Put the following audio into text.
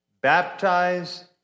baptize